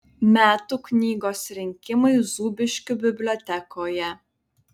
metų knygos rinkimai zūbiškių bibliotekoje